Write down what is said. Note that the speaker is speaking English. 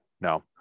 No